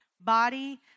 Body